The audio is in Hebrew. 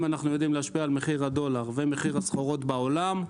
אם אנחנו יודעים להשפיע על מחיר הדולר ועל מחירי הסחורות בעולם,